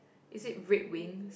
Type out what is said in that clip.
is it red wings